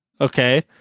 Okay